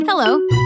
Hello